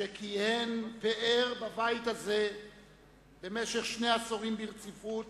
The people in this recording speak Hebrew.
שכיהן פאר בבית הזה במשך שני עשורים ברציפות